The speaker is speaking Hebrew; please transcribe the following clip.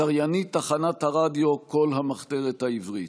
כקריינית תחנת הרדיו "קול המחתרת העברית".